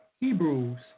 hebrews